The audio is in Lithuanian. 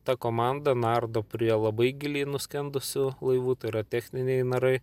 ta komanda nardo prie labai giliai nuskendusių laivų tai yra techniniai narai